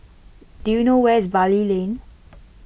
do you know where is Bali Lane